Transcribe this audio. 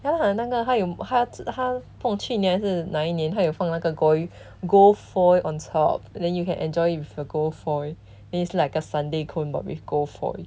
then 他的那个他有他只他不懂去年还是那一年他有放那个 goi~ gold foil on top then you can enjoy with a gold foil is like a sundae cone but with gold foil